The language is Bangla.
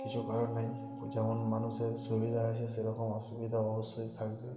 কিছু কারণ নেই ও যেমন মানুষের সুবিধা আছে সেরকম অসুবিধা অবশ্যই থাকবে